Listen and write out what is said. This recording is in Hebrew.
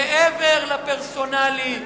מעבר לפרסונלי,